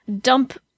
dump